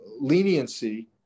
leniency